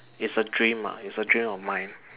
is a dream ah is a dream of mine